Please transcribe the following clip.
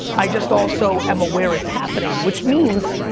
i just also am aware it's happening which means,